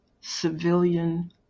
civilian